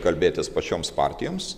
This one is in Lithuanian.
kalbėtis pačioms partijoms